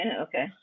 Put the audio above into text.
okay